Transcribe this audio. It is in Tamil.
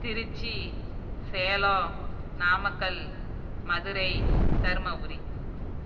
திருச்சி சேலம் நாமக்கல் மதுரை தர்மபுரி